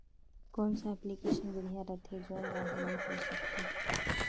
कौन सा एप्लिकेशन बढ़िया रथे जोन ल हमन कर सकथन?